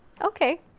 Okay